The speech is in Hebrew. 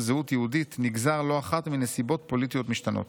זהות יהודית נגזר לא אחת מנסיבות פוליטיות משתנות: